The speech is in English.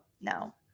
no